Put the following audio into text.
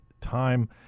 Time